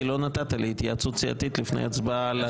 כי לא נתת לי התייעצות סיעתית לפני ההצבעה.